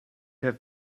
have